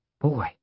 Boy